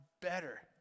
better